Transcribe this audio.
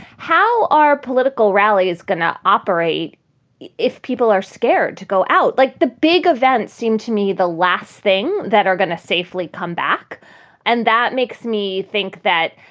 how are political rallies going to operate if people are scared to go out like the big events seem to me the last thing that are going to safely come back and that makes me think that,